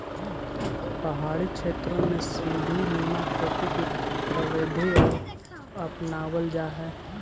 पहाड़ी क्षेत्रों में सीडी नुमा खेती की प्रविधि अपनावाल जा हई